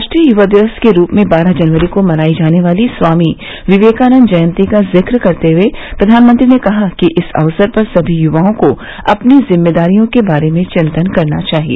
राष्ट्रीय युवा दिवस के रूप में बारह जनवरी को मनाई जाने वाली स्वामी विवेकानंद जयंती का जिक्र करते हुए प्रधानमंत्री ने कहा कि इस अवसर पर सभी युवाओं को अपनी जिम्मेदारियों के बारे में चिंतन करना चाहिए